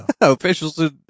Officials